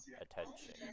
attention